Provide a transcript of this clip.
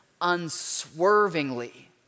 unswervingly